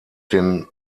den